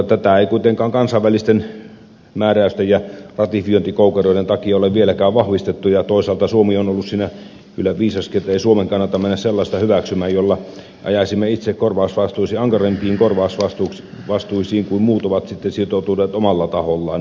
tätä ei kuitenkaan kansainvälisten määräysten ja ratifiointikoukeroiden takia ole vieläkään vahvistettu ja toisaalta suomi on ollut siinä kyllä viisaskin että ei suomen kannata mennä sellaista hyväksymään jolla ajaisimme itsemme ankarampiin korvausvastuisiin kuin mihin muut ovat sitoutuneet omalla tahollaan